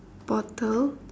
bottle